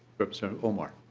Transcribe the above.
representative omar